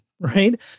right